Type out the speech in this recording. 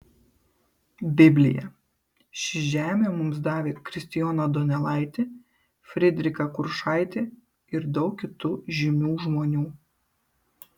biblija ši žemė mums davė kristijoną donelaitį frydrichą kuršaitį ir daug kitų žymių žmonių